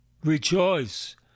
Rejoice